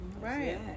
right